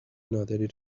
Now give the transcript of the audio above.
نادری